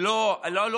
בדיוק.